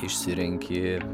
išsirenki ir